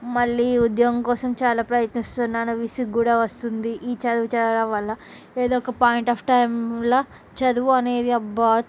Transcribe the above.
మళ్ళీ ఉద్యోగం కోసం చాలా ప్రయత్నిస్తున్నాను విసిగ్గూడా వస్తుంది ఈ చదువు చదవడం వల్ల ఏదో ఒక పాయింట్ ఆఫ్ టైంలో చదువు అనేది అబ్బా